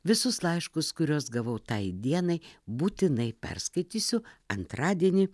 visus laiškus kuriuos gavau tai dienai būtinai perskaitysiu antradienį